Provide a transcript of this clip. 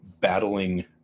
battling